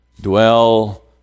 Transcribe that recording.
dwell